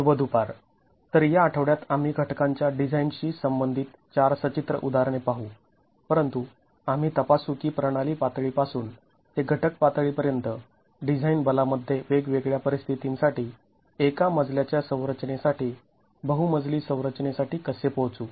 शुभ दुपार तर या आठवड्यात आम्ही घटकां च्या डिझाईन शी संबंधित चार सचित्र उदाहरणे पाहू परंतु आम्ही तपासू की प्रणाली पातळी पासून ते घटक पातळी पर्यंत डिझाईन बला मध्ये वेगवेगळ्या परिस्थितींसाठी एका मजल्या च्या संरचनेसाठी बहुमजली संरचनेसाठी कसे पोहोचू